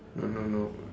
no no no